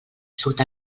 surt